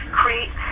create